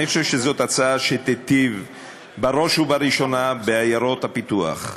אני חושב שזאת הצעה שתיטיב בראש ובראשונה עם עיירות הפיתוח,